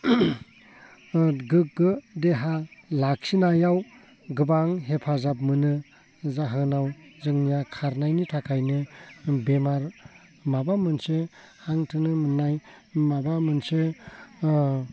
गोग्गो देहा लाखिनायाव गोबां हेफाजाब मोनो जाहोनाव जोंनिया खारनायनि थाखायनो बेमार माबा मोनसे हां थोनो मोननाय माबा मोनसे